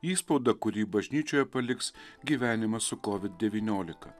įspaudą kurį bažnyčioje paliks gyvenimas su kovid devyniolika